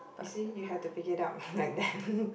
you see you have to pick it up like that